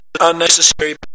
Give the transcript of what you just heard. unnecessary